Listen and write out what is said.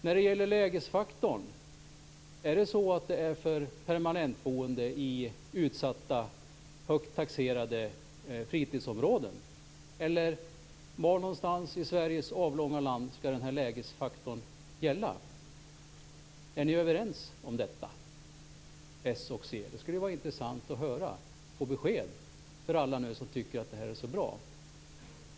När det gäller lägesfaktorn vill jag fråga: Är det så att det här gäller permanentboende i utsatta, högt taxerade fritidsområden? Eller var i Sveriges avlånga land skall den här lägesfaktorn gälla? Är ni överens om detta, s och c? Det skulle vara intressant att få besked om detta för alla som nu tycker att det här är så bra.